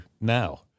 now